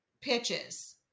pitches